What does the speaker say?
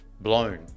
blown